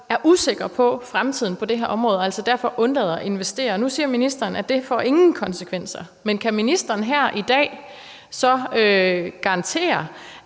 er usikre på fremtiden på det her område og altså derfor undlader at investere. Nu siger ministeren, at det ingen konsekvenser får. Men kan ministeren så her i dag garantere,